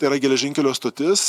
tai yra geležinkelio stotis